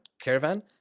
caravan